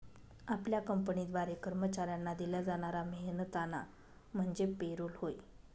आपल्या कंपनीद्वारे कर्मचाऱ्यांना दिला जाणारा मेहनताना म्हणजे पे रोल होय